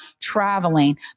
traveling